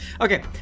Okay